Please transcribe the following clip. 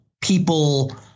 people